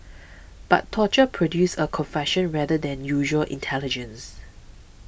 but torture produces a confession rather than usual intelligence